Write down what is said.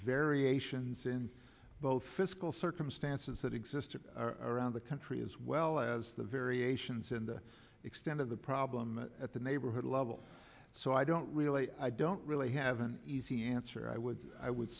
variations in both fiscal circumstances that exist around the country as well as the variations in the extent of the problem at the neighborhood level so i don't really i don't really have an easy answer i would i would